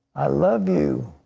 i love you.